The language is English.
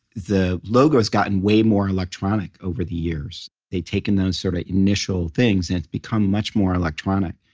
the logo's gotten way more electronic over the years. they've taken those sort of initial things, and it's become much more electronic,